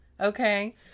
Okay